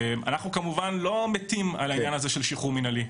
אנחנו כמובן לא מתים על העניין של שחרור מינהלי.